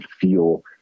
feel